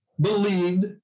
believed